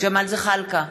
ג'מאל זחאלקה,